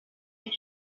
ngo